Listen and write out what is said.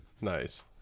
Nice